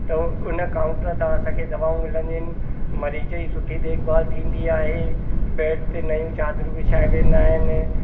त उन काउंटर तां असांखे दवाऊं मिलंदियूं आहिनि मरीज़ जी सुठी देखभाल थींदी आहे बैड ते नयूं चादरूं विछाए वेंदा आहिनि